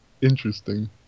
interesting